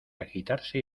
agitarse